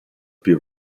più